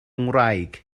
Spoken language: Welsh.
ngwraig